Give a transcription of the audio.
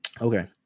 Okay